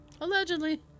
Allegedly